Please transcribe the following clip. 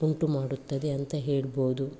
ಉಂಟು ಮಾಡುತ್ತದೆ ಅಂತ ಹೇಳ್ಬೋದು